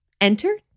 Enter